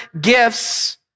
gifts